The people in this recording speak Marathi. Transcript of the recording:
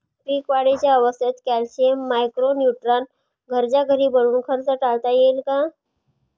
पीक वाढीच्या अवस्थेत कॅल्शियम, मायक्रो न्यूट्रॉन घरच्या घरी बनवून खर्च टाळता येईल का?